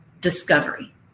discovery